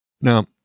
Now